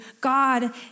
God